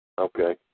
Okay